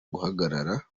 guhagarara